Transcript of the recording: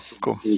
cool